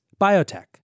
biotech